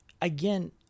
again